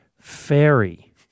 fairy